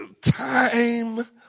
time